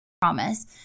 Promise